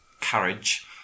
carriage